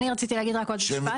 אני רציתי להגיד רק עוד משפט.